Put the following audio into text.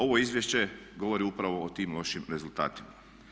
Ovo izvješće govori upravo o tim lošim rezultatima.